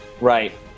Right